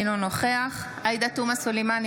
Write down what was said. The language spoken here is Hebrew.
אינו נוכח עאידה תומא סלימאן,